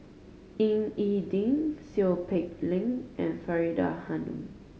Ying E Ding Seow Peck Leng and Faridah Hanum